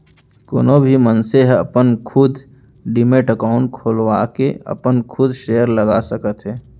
कोनो भी मनसे ह अपन खुद डीमैट अकाउंड खोलवाके अपन खुद सेयर लगा सकत हे